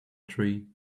tree